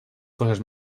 coses